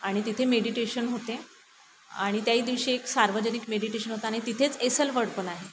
आणि तिथे मेडिटेशन होते आणि त्याही दिवशी एक सार्वजनिक मेडिटेशन होता आणि तिथेच एसल वड पण आहे